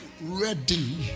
ready